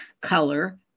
color